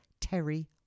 Terry